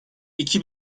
iki